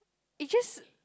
it just